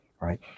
right